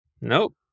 Nope